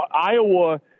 Iowa